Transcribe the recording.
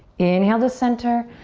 inhale to center.